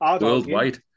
Worldwide